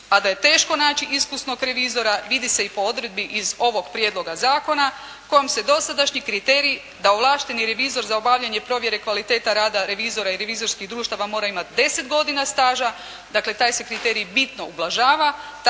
A da je teško naći iskusnog revizora vidi se i po odredbi iz ovog Prijedloga zakona kojim se dosadašnji kriterij da ovlašteni revizor za obavljanje provjere kvaliteta rada revizora i revizorskih društava mora imati 10 godina staža, dakle taj se kriterij bitno ublažava